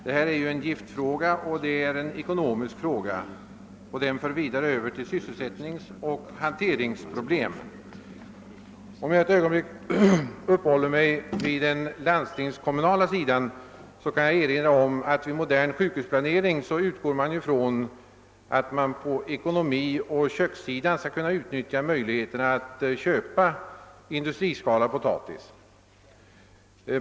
Detta är en giftfråga, och det är en ekonomisk fråga, och den för vidare över till sysselsättningsoch hanteringsproblem. För att ett ögonblick uppehålla mig vid den landstingskommunala sidan kan jag erinra om att man vid modern sjukhusplanering utgår från att man skall kunna utnyttja möjligheterna att köpa industriskalad potatis.